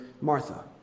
Martha